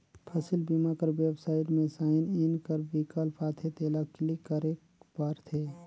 फसिल बीमा कर बेबसाइट में साइन इन कर बिकल्प आथे तेला क्लिक करेक परथे